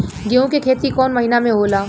गेहूं के खेती कौन महीना में होला?